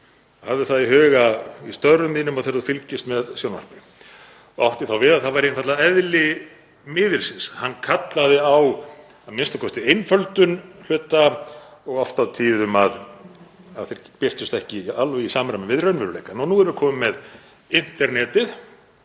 hafðu það í huga í störfum þínum og þegar þú fylgist með sjónvarpi. Hann átti þá við að það væri einfaldlega eðli miðilsins. Hann kallaði á a.m.k. einföldun hluta og oft og tíðum að þeir birtust ekki alveg í samræmi við raunveruleikann. Og nú erum við komin með internetið